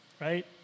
right